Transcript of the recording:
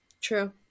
true